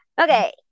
okay